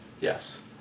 yes